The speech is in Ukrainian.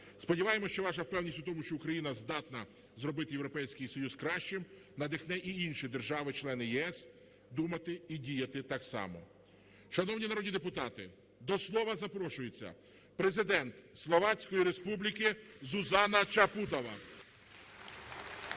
Сподіваємось, що ваша впевненість в тому, що Україна здатна зробити Європейський Союз кращим надихне і інші держави-члени ЄС думати і діяти так само. Шановні народні депутати, до слова запрошується Президент Словацької Республіки Зузана Чапутова.